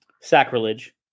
Sacrilege